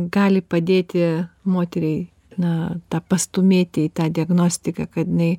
gali padėti moteriai na tą pastūmėti į tą diagnostiką kad jinai